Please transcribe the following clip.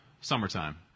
summertime